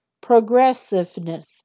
progressiveness